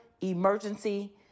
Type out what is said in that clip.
emergency